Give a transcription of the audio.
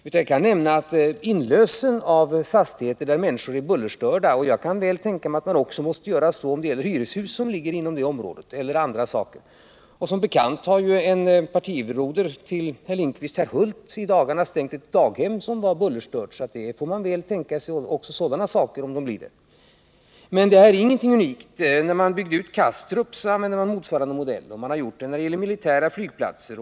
Beträffande inlösen av fastigheter där människor är bullerstörda kan jag väl tänka mig sådant också om det gäller hyreshus eller fastigheter av annat slag som ligger inom området. Som bekant har en partibroder till herr Lindkvist, herr Hulth, i dagarna stängt ett daghem som var bullerstört. Man får tänka sig också sådana åtgärder om Brommaflyget skall vara kvar. Det här är ingenting unikt. När man byggde ut Kastrup, använde man motsvarande modell, och man har gjort det när det gällt militära flygplatser.